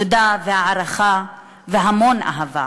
תודה, והערכה והמון אהבה.